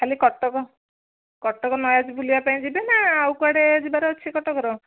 ଖାଲି କଟକ କଟକ ନରାଜ ବୁଲିବାପାଇଁ ଯିବେ ନା ଆଉ କୁଆଡ଼େ ଯିବାର ଅଛି କଟକର